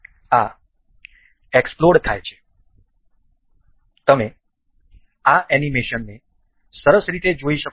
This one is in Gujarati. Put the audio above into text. આ એક્સપ્લોડ થાય છે તમે આ એનિમેશનને સરસ રીતે જોઈ શકો છો